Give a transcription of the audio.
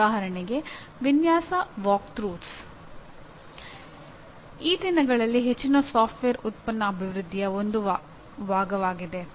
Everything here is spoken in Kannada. ಉದಾಹರಣೆಗೆ ವಿನ್ಯಾಸ ವಾಕ್ಥ್ರೂಸ್ ಈ ದಿನಗಳಲ್ಲಿ ಹೆಚ್ಚಿನ ಸಾಫ್ಟ್ವೇರ್ ಉತ್ಪನ್ನ ಅಭಿವೃದ್ಧಿಯ ಒಂದು ಭಾಗವಾಗಿದೆ